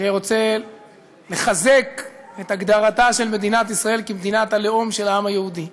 שרוצה לחזק את הגדרתה של מדינת ישראל כמדינת הלאום של העם היהודי.